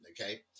Okay